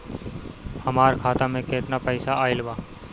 हमार खाता मे केतना पईसा आइल बा?